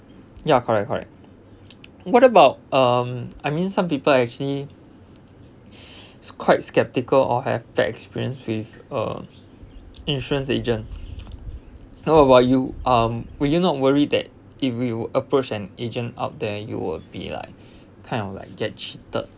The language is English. ya correct correct what about um I mean some people actually s~ quite skeptical or have bad experience with uh insurance agent how about you um would you not worried that if you approach an agent out there you will be like kind of like get cheated